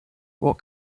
what